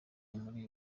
muri